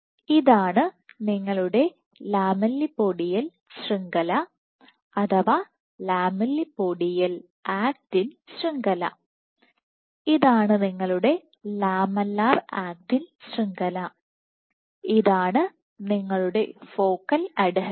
ഇതാണ് നിങ്ങളുടെ ലാമെല്ലിപോഡിയൽ ശൃംഖല അഥവാ ലാമെല്ലിപോഡിയൽ ആക്റ്റിൻ ശൃംഖല ഇതാണ് നിങ്ങളുടെ ലാമെല്ലാർ ആക്റ്റിൻ ശൃംഖല ഇതാണ് നിങ്ങളുടെ ഫോക്കൽ അഡ്ഹെഷൻ